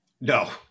No